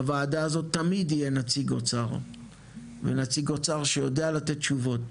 בוועדה הזאת תמיד יהיה נציג אוצר ונציג אוצר שיודע לתת תשובות